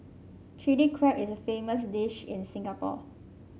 Chilli Crab is a famous dish in Singapore